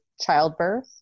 childbirth